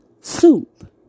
soup